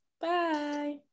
Bye